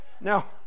Now